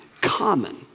common